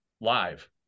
live